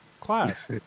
class